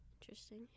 Interesting